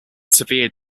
suffered